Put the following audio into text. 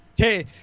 Okay